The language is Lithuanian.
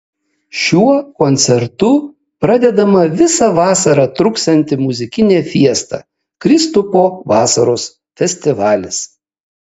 šiuo koncertu pradedama visą vasarą truksianti muzikinė fiesta kristupo vasaros festivalis